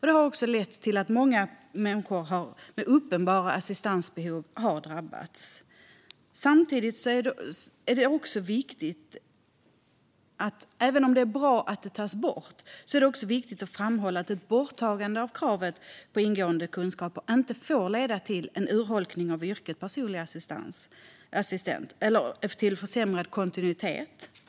Det har också lett till att många människor med uppenbara assistansbehov har drabbats. Samtidigt som jag tycker att det är bra att det tas bort är det också viktigt att framhålla att ett borttagande av kravet på ingående kunskaper inte får leda till urholkning av yrket personlig assistent eller till försämrad kontinuitet.